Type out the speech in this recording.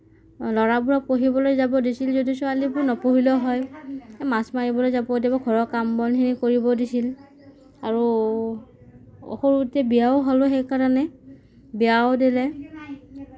ল'ৰাবোৰক পঢ়িবলৈ যাব দিছিল যদিও ছোৱালীবোৰ নপঢ়িলেও হয় এই মাছ মাৰিব যাব দিব ঘৰৰ কাম বন কৰিব দিছিল আৰু সৰুতে বিয়াও হ'লোঁ সেইকাৰণে বিয়াও দিলে